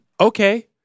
Okay